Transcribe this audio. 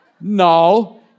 no